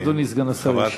אדוני סגן השר ישיב.